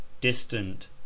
distant